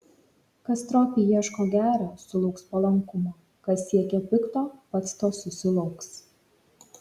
kas stropiai ieško gera sulauks palankumo kas siekia pikto pats to susilauks